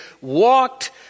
walked